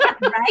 Right